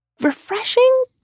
refreshing